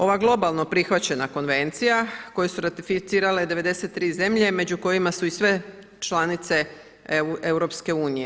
Ova globalno prihvaćena konvencija koju su ratificirale 93 zemlje među kojima su i sve članice EU.